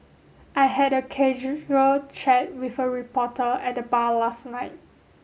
I had a casual chat with a reporter at the bar last night